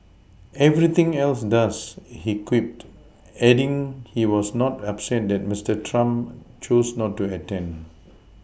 everything else does he quipped adding he was not upset that Mister Trump chose not to attend